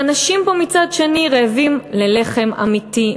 ואנשים פה מצד שני רעבים ללחם אמיתי,